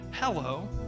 hello